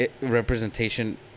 representation